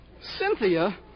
Cynthia